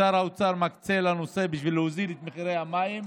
ששר האוצר מקצה לנושא בשביל להוזיל את המים.